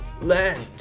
Land